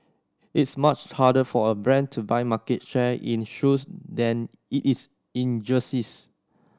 it's much harder for a brand to buy market share in shoes than it is in jerseys